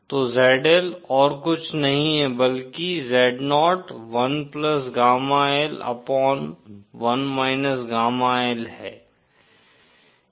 तो ZL और कुछ नहीं बल्कि Zo 1 gamma L upon 1 gamma L है